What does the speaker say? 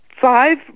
Five